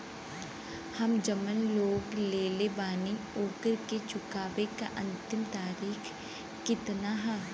हम जवन लोन लेले बानी ओकरा के चुकावे अंतिम तारीख कितना हैं?